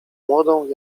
młodą